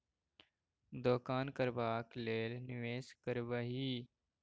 दोकान करबाक लेल निवेश करबिही